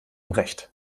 recht